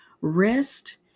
Rest